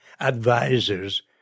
advisors